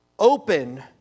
open